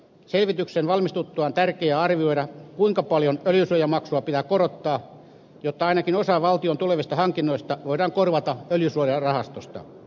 selvityksen valmistuttua on tärkeää arvioida kuinka paljon öljysuojamaksua pitää korottaa jotta ainakin osa valtion tulevista hankinnoista voidaan korvata öljynsuojarahastosta